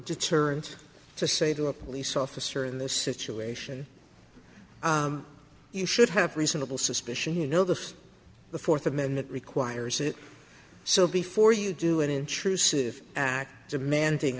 deterrence to say to a police officer in this situation you should have reasonable suspicion you know the first the fourth amendment requires it so before you do it intrusive acts are managing